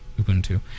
ubuntu